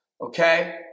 okay